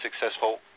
successful